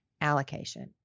allocation